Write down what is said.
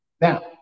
Now